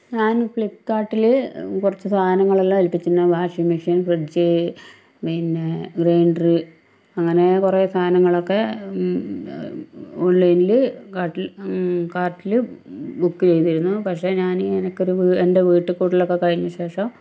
ഞാൻ ഫ്ലിപ്പ്കാർട്ടിൽ കുറച്ച് സാധനങ്ങളെല്ലാം ഏൽപ്പിച്ചിരുന്നു വാഷിംഗ് മെഷീൻ ഫ്രിഡ്ജ് പിന്നേ ഗ്രൈൻഡർ അങ്ങനെ കുറേ സാനങ്ങളൊക്കെ ഓൺലൈനിൽ കാർട്ടിൽ കാർട്ടിൽ ബുക്ക് ചെയ്തിരുന്നു പക്ഷെ ഞാൻ എനിക്കൊരു എൻ്റെ വീട്ടിൽക്കൂടലൊക്കെ കഴിഞ്ഞശേഷം